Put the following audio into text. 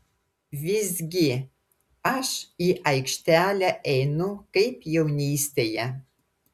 visgi aš į aikštelę einu kaip jaunystėje